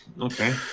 okay